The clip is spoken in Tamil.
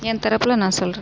என் தரப்பில் நான் சொல்கிறேன்